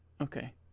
Okay